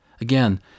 Again